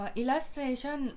illustration